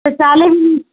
शौचालय भी